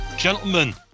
Gentlemen